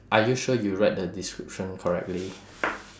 are you sure you read the description correctly